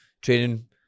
training